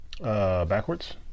Backwards